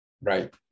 right